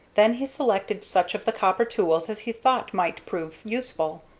then he selected such of the copper tools as he thought might prove useful.